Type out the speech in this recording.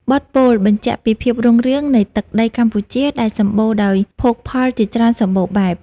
បទពោលបញ្ជាក់ពីភាពរុងរឿងនៃទឹកដីកម្ពុជាដែលសម្បូរដោយភោគផលជាច្រើនសម្បូរបែប។